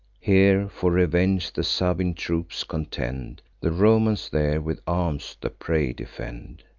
here for revenge the sabine troops contend the romans there with arms the prey defend.